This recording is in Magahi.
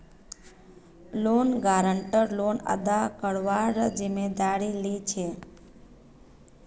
लोन गारंटर लोन अदा करवार जिम्मेदारी लीछे